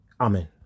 Amen